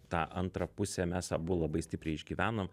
tą antrą pusę mes abu labai stipriai išgyvenom